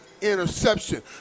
interception